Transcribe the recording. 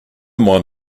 mind